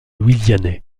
louisianais